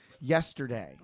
Yesterday